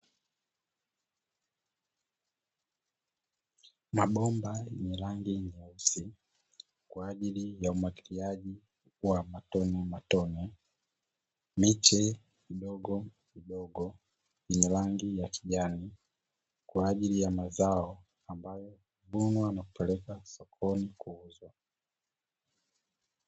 Mabomba yenye rangi nyeusi kwa ajili ya umwagiliaji wa matonematone, miche midogomidogo yenye rangi ya kijani kwa ajili ya mazao ambayo huvunwa na kupelekwa sokoni kuuzwa.